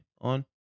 on